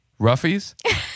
Ruffies